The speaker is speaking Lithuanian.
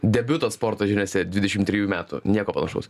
debiutas sporto žiniose dvidešim trijų metų nieko panašaus